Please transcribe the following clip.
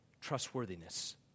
trustworthiness